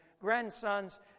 grandsons